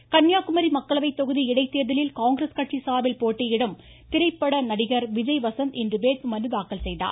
வேட்புமனு கன்னியாகுமரி மக்களவை தொகுதி இடைத்தேர்தலில் காங்கிரஸ் கட்சி சார்பில் போட்டியிடும் திரைப்பட நடிகர் விஜய் வசந்த் இன்று வேட்புமனு தாக்கல் செய்தார்